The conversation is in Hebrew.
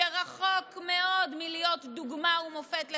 שרחוק מאוד מלהיות דוגמה ומופת לחינוך,